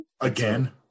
again